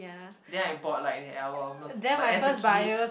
then I bought like the albums but as a kid